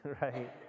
right